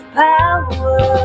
power